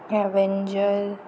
avenger